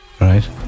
right